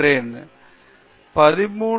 பேராசிரியர் பிரதாப் ஹரிதாஸ் மிக நன்றாக இருக்கிறது